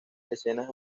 escenas